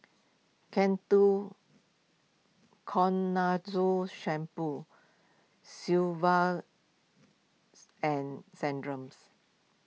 Ketoconazole Shampoo Sigvaris and Centrums